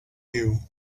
you